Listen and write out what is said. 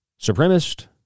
supremacist